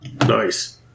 Nice